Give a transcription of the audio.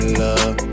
love